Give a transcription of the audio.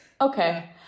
Okay